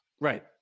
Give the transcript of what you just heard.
Right